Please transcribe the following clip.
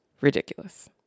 ridiculous